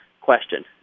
question